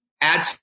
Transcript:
add